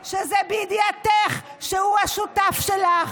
שזה בידיעתך שהוא השותף שלך.